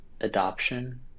adoption